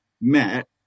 met